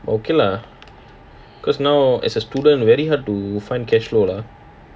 okay lah cause now as a student very hard to find cash flow lah